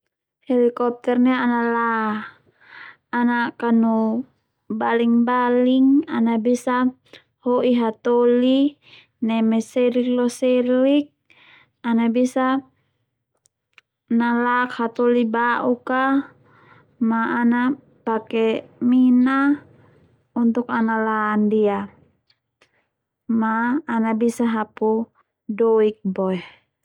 Helikopter ndia ana la ana kanu baling baling ana bisa ho'i hatoli neme selik lo selik ana bisa nalak hatoli bauk a ma ana pake mina untuk ana la ndia ma ana bisa hapu doik boe.